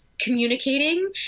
communicating